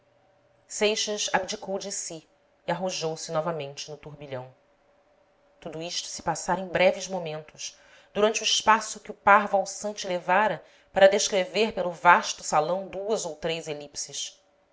de si e arrojou-se novamente no turbilhão tudo isto se passara em breves momentos durante o espaço que o par valsante levara para descrever pelo vasto salão duas ou três elipses